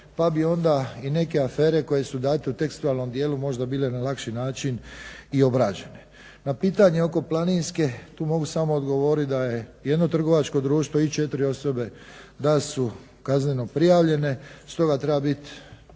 pa bi onda i neke afere koje su date u tekstualnom dijelu možda bile na lakši način i obrađene. Na pitanje oko Planinske tu mogu samo odgovoriti da je jedno trgovačko društvo i 4 osobe da su kazneno prijavljene stoga treba biti,